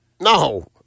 No